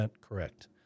correct